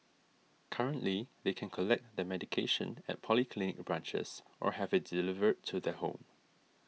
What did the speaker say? currently they can collect their medication at polyclinic branches or have it delivered to their home